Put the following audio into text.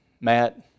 Matt